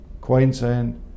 Queensland